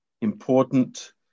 important